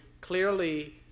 clearly